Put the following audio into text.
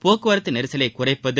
போக்குவரத்து நெரிசலை குறைப்பது